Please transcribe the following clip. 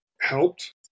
helped